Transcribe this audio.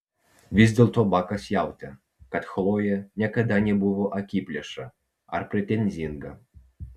vis dėlto bakas jautė kad chlojė niekada nebuvo akiplėša ar pretenzinga